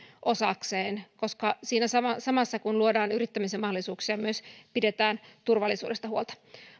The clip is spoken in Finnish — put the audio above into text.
osakseen koska siinä samassa samassa kun luodaan yrittämisen mahdollisuuksia myös pidetään turvallisuudesta huolta